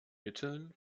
mitteln